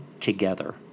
together